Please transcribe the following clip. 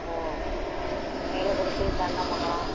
ம் பேளுக்குறிச்சி சேந்தமங்கலம்